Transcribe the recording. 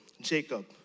Jacob